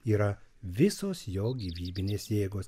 yra visos jo gyvybinės jėgos